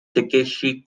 takeshi